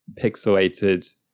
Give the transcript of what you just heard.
pixelated